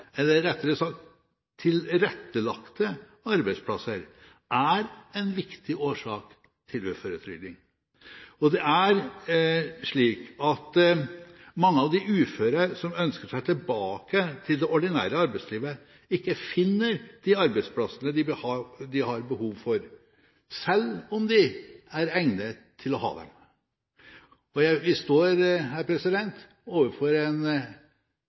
eller rettere sagt mangelen på tilrettelagte arbeidsplasser, er en viktig årsak til uføretrygding. Mange av de uføre som ønsker seg tilbake til det ordinære arbeidslivet, finner ikke de arbeidsplassene de har behov for, selv om de er egnet til å ha dem. Vi står, tror jeg, overfor et behov for en